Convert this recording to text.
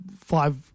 five –